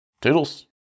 Toodles